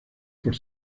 por